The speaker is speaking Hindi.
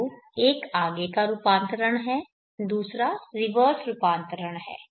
तो एक आगे का रूपांतरण है दूसरा रिवर्स रूपांतरण है